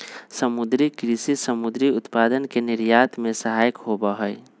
समुद्री कृषि समुद्री उत्पादन के निर्यात में सहायक होबा हई